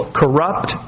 corrupt